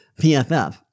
PFF